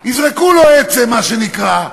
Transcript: יזרקו לו עצם, מה שנקרא,